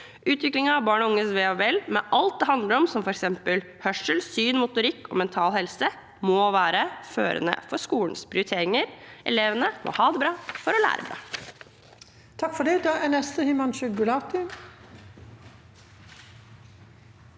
Utvikling av barn og unges ve og vel med alt det handler om, som f.eks. hørsel, syn, motorikk og mental helse, må være førende for skolens prioriteringer. Elevene må ha det bra for å lære bra.